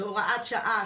בהוראת שעה,